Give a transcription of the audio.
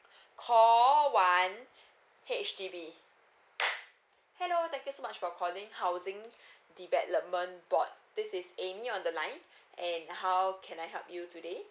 call one H_D_B hello thank you so much for calling housing development board this is amy on the line and how can I help you today